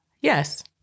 Yes